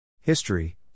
History